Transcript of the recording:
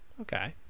Okay